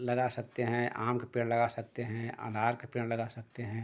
लगा सकते हैं आम का पेड़ लगा सकते हैं अनार का पेड़ लगा सकते हैं